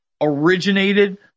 originated